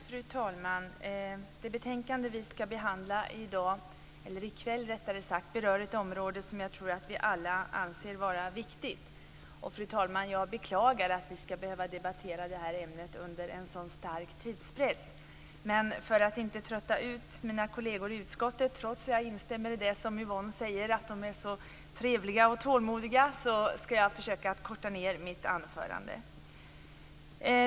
Fru talman! Det betänkande vi ska behandla i dag, eller rättare sagt i kväll, berör ett område som jag tror att vi alla anser vara viktigt. Jag beklagar, fru talman, att vi ska behöva debattera det ämnet under en så stark tidspress. För att inte trötta ut mina kolleger - trots att jag instämmer i det Yvonne säger om att de är så trevliga och tålmodiga - ska jag försöka att korta ned mitt anförande.